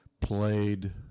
played